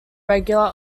regular